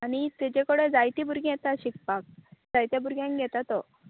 आनी तेजे कडे जायतीं भुरगीं येता शिकपाक जायत्या भुरग्यांक घेता तो